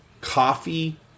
Coffee